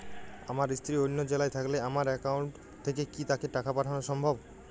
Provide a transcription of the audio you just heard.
আমার স্ত্রী অন্য জেলায় থাকলে আমার অ্যাকাউন্ট থেকে কি তাকে টাকা পাঠানো সম্ভব?